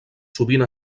sovint